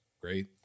great